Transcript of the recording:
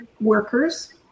workers